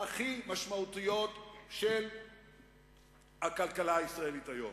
הכי משמעותיות של הכלכלה הישראלית היום.